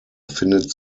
findet